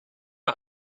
not